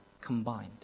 combined